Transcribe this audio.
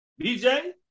BJ